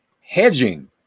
hedging